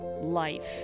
life